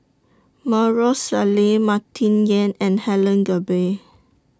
Maarof Salleh Martin Yan and Helen Gilbey